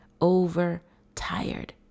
overtired